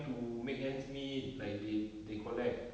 to make ends meet like they they collect